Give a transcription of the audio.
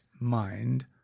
mind